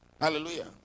Hallelujah